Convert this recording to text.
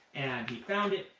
and he found it,